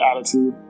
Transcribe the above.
attitude